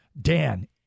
Dan